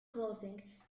clothing